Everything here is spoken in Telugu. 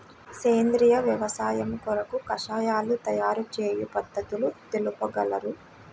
సేంద్రియ వ్యవసాయము కొరకు కషాయాల తయారు చేయు పద్ధతులు తెలుపగలరు?